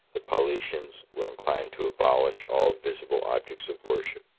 the paulicians were inclined to abolish all visible objects of worship,